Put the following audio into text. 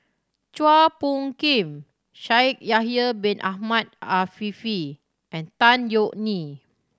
Chua Phung Kim Shaikh Yahya Bin Ahmed Afifi and Tan Yeok Nee